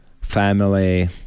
family